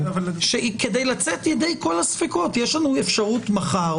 שכדי לצאת ידי כל הספקות יש לנו אפשרות מחר